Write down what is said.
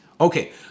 Okay